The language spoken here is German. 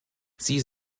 sie